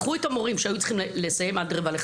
לקחו את המורים שהיו צריכים לסיים ב-16:45,